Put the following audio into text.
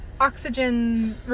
Oxygen